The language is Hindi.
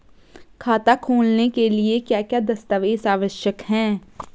खाता खोलने के लिए क्या क्या दस्तावेज़ आवश्यक हैं?